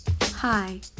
Hi